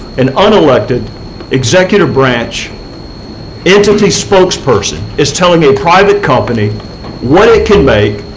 an unelected executive branch entity spokesperson is telling a private company what it can make,